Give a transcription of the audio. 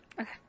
Okay